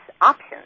options